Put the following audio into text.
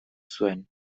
zuen